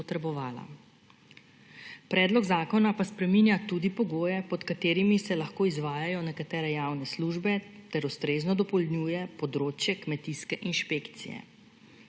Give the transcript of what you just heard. Predlog zakona pa spreminja tudi pogoje, pod katerimi se lahko izvajajo nekatere javne službe, ter ustrezno dopolnjuje področje kmetijske inšpekcije.